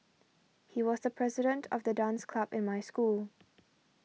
he was the president of the dance club in my school